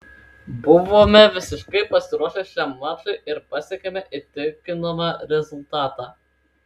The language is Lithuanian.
buvome visiškai pasiruošę šiam mačui ir pasiekėme įtikinamą rezultatą